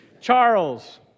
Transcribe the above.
Charles